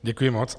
Děkuji moc.